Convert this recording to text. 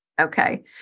Okay